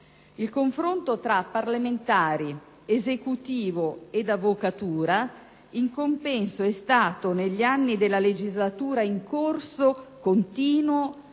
Il confronto tra parlamentari, Esecutivo ed avvocatura in compenso è stato negli anni della legislatura in corso continuo,